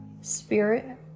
spirit